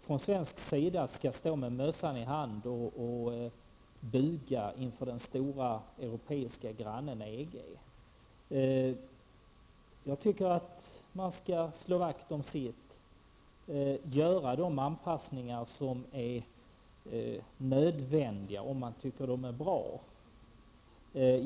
från svensk sida skall stå med mössan i hand och buga inför den stora europeiska grannen EG. Jag tycker att man skall slå vakt om sitt och göra de anpassningar som är nödvändiga, om man tycker att de är bra.